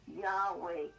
yahweh